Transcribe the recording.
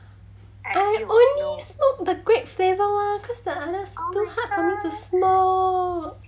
I only smoke the grape flavour one cause the other's too hard for me to smoke